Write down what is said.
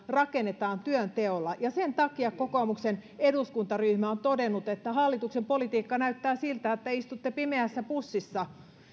rakennetaan työnteolla ja sen takia kokoomuksen eduskuntaryhmä on todennut että hallituksen politiikka näyttää siltä että istutte pimeässä bussissa